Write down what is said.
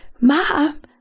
mom